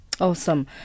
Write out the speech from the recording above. Awesome